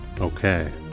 Okay